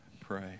pray